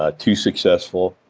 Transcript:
ah too successful,